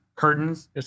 Curtains